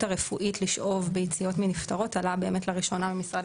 הרפואית לשאוב ביציות מנפטרות עלה באמת לראשונה ממשרד